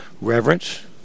Reverence